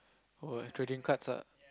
oh trading cards ah